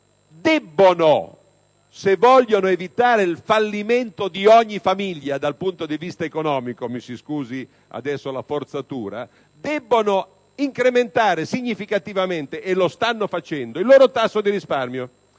famiglie, se vogliono evitare il fallimento dal punto di vista economico - mi si scusi adesso la forzatura - debbono incrementare significativamente (e lo stanno facendo) il loro tasso di risparmio,